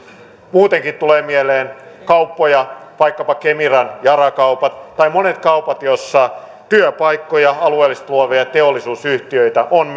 muutenkin tulee mieleen kauppoja vaikkapa kemiran yara kaupat tai monet kaupat joissa työpaikkoja alueellisesti luovia teollisuusyhtiöitä on